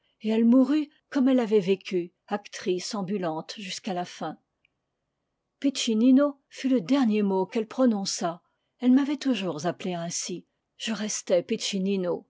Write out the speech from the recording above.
et elle mourut comme elle avait vécu actrice ambulante jusqu'à la fm piccinino fut le dernier mot qu'elle prononça elle m'avait toujours appelé ainsi je restai